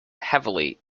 heavily